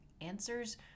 Answers